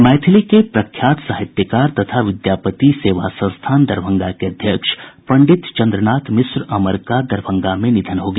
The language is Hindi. मैथिली के प्रख्यात साहित्यकार तथा विद्यापति सेवा संस्थान दरभंगा के अध्यक्ष पं चन्द्रनाथ मिश्र अमर का दरभंगा में निधन हो गया